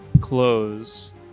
close